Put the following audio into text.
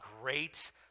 great